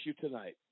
tonight